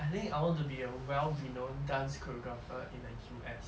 I think I want to be a well renown dance choreographer in the U_S